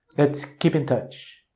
let's keep in touch.